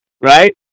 Right